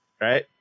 Right